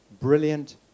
brilliant